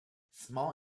small